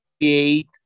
create